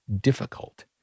difficult